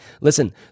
listen